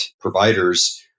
providers